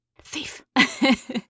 Thief